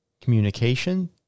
communication